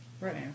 Right